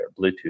Bluetooth